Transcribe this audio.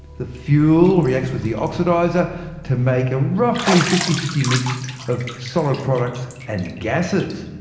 the fuel reacts with the oxidizer to make a roughly fifty fifty mix of solid products and gases.